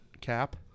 cap